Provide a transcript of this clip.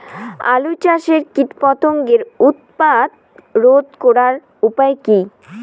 আলু চাষের কীটপতঙ্গের উৎপাত রোধ করার উপায় কী?